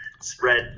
spread